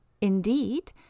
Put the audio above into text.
Indeed